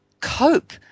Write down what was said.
cope